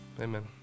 amen